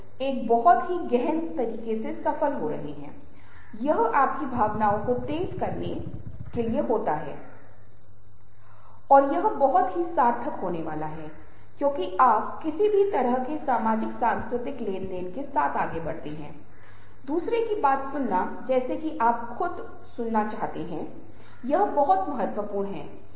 इसलिए ये लोग बहुत संवेदनशील होते हैं और बहुत अच्छे श्रोता होते हैं जिनमें बहुत धीरज होता है और वे सोचते हैं कि जीवन में सबसे महत्वपूर्ण बात यह है कि रिश्ते का रखरखाव